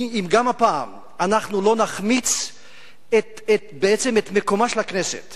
האם גם הפעם אנחנו לא נחמיץ בעצם את מקומה של הכנסת